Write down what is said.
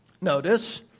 notice